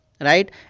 Right